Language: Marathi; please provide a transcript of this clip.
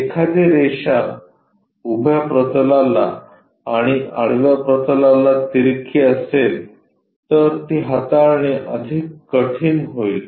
एखादी रेषा उभ्या प्रतलाला आणि आडव्या प्रतलाला तिरकी असेल तर ती हाताळणे अधिक कठीण होईल